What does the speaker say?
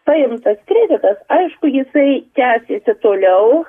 paimtas kreditas aišku jisai tęsiasi toliau